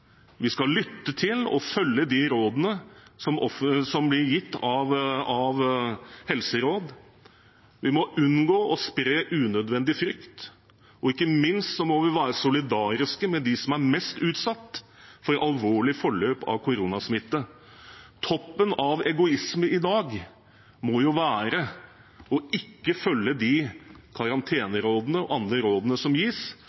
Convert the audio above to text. Vi skal lytte til og følge det som blir gitt av helseråd. Vi må unngå å spre unødvendig frykt. Og ikke minst må vi være solidariske med dem som er mest utsatt for et alvorlig forløp av koronasmitte. Toppen av egoisme i dag må jo være ikke å følge karantenerådene og de andre rådene som gis